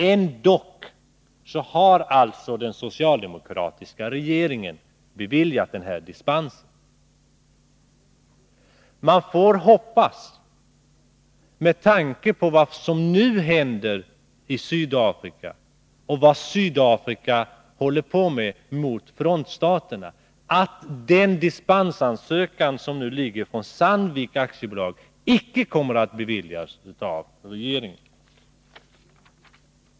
Ändock har alltså den socialdemokratiska regeringen beviljat den här dispensen. Man får hoppas, med tanke på vad som nu händer i Sydafrika och vad som Sydafrika håller på med mot frontstaterna, att den dispensansökan som nu föreligger från Sandvik AB inte kommer att beviljas av regeringen.